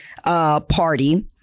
party